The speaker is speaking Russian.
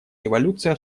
революция